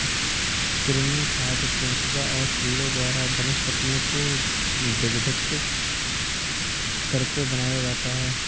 कृमि खाद केंचुआ और कीड़ों द्वारा वनस्पतियों को विघटित करके बनाया जाता है